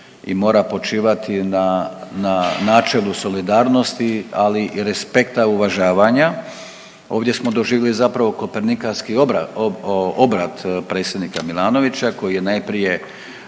i mora počivati na, na načelu solidarnosti ali i respekta uvažavanja. Ovdje smo doživjeli zapravo kopernikanski obrat predsjednika Milanovića koji je najprije